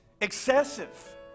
excessive